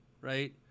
right